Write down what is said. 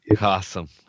awesome